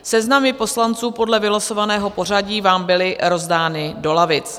Seznamy poslanců podle vylosovaného pořadí vám byly rozdány do lavic.